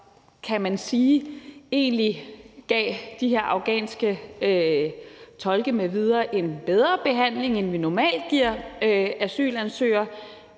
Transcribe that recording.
kan man sige, egentlig gav de her afghanske tolke m.v. en bedre behandling, end vi normalt giver asylansøgere,